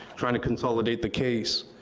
trying to consolidate the case,